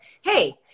hey